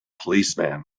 policeman